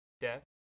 death